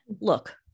Look